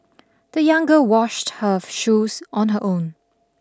the young girl washed her shoes on her own